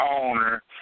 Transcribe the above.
owner